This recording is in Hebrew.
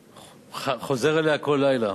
וחוזר אליה כל לילה,